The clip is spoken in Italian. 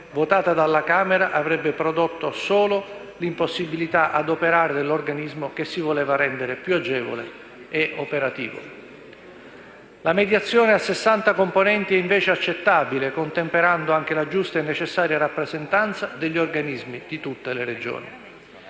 votata dalla Camera avrebbe prodotto solo l'impossibilità a operare dell'organismo che si voleva rendere più agile e operativo. La mediazione a 60 componenti è invece accettabile, contemperando anche la giusta e necessaria rappresentanza degli organismi di tutte le Regioni.